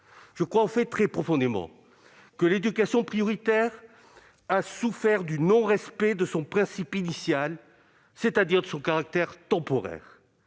Je crois en fait très profondément que l'éducation prioritaire a souffert du non-respect de son principe initial, c'est-à-dire son caractère temporaire.